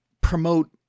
promote